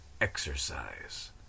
exercise